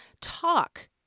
talk